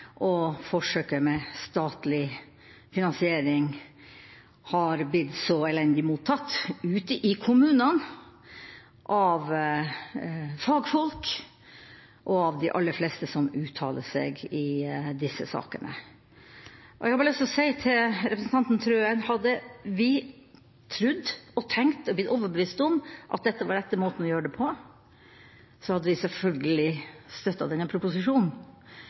og forsøket med statlig finansiering, har blitt så elendig mottatt ute i kommunene, av fagfolk og av de aller fleste som uttaler seg i disse sakene. Jeg har lyst til bare å si til representanten Wilhelmsen Trøen: Hadde vi trodd og tenkt og blitt overbevist om at dette var rette måten å gjøre det på, hadde vi selvfølgelig støttet denne proposisjonen.